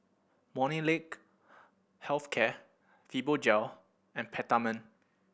Molnylcke Health Care Fibogel and Peptamen